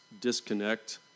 disconnect